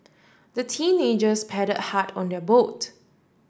the teenagers paddled hard on their boat